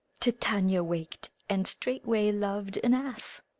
titania wak'd, and straightway lov'd an ass.